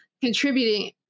contributing